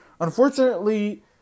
Unfortunately